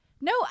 No